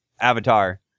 Avatar